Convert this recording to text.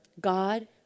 God